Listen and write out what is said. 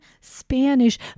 Spanish